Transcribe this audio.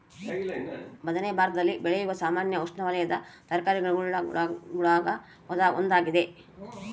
ಬದನೆ ಭಾರತದಲ್ಲಿ ಬೆಳೆಯುವ ಸಾಮಾನ್ಯ ಉಷ್ಣವಲಯದ ತರಕಾರಿಗುಳಾಗ ಒಂದಾಗಿದೆ